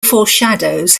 foreshadows